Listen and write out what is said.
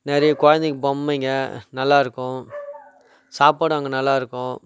நிறைய குழந்தைங்க பொம்மைங்க நல்லாயிருக்கும் சாப்பாடும் அங்கே நல்லாயிருக்கும்